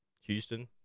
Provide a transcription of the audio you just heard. Houston